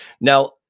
Now